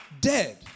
dead